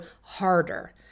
harder